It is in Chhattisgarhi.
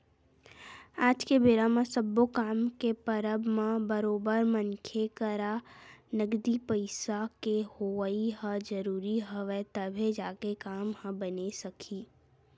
आज के बेरा म सब्बो काम के परब म बरोबर मनखे करा नगदी पइसा के होवई ह जरुरी हवय तभे जाके काम ह बने सकही